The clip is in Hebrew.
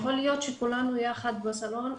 יכול להיות שכולנו ביחד סלון,